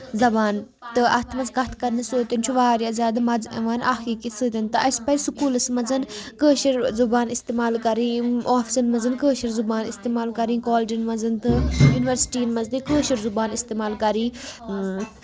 زَبان تہٕ اَتھ منٛز کَتھ کرنہٕ سۭتۍ چھُ واریاہ زیادٕ مَزٕ یِوان اکھ أکِس سۭتۍ تہٕ اَسہِ پَزِ سکوٗلس منٛز کٲشِر زُبان اِستعمال کَرٕنۍ یِم آفسن منٛز کٲشِر زَبان اِستعمال کَرٕنۍ کالیجن منٛز تہٕ یونِورسٹی منٛز تہِ کٲشُر زُبان اِستعمال کَرٕنۍ